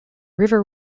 river